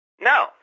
No